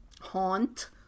Haunt